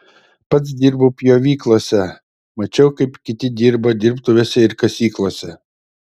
pats dirbau pjovyklose mačiau kaip kiti dirba dirbtuvėse ir kasyklose